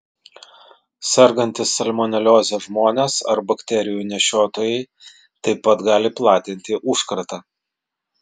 sergantys salmonelioze žmonės ar bakterijų nešiotojai taip pat gali platinti užkratą